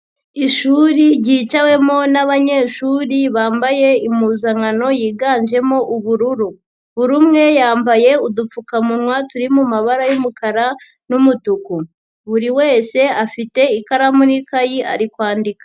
Ishuri ryicawemo n'abanyeshuri bambaye impuzankano yiganjemo ubururu, buri umwe yambaye udupfukamunwa turi mu mabara y'umukara n'umutuku, buri wese afite ikaramu n'ikayi ari kwandika.